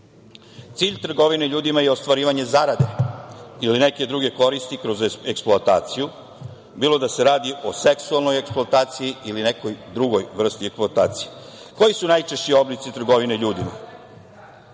trgovine ljudima je ostvarivanje zarade ili neke druge koristi kroz eksploataciju, bilo da se radi o seksualnoj eksploataciji ili nekoj drugoj vrsti eksploatacije. Koji su najčešći oblici trgovine ljudima?